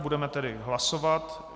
Budeme tedy hlasovat.